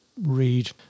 read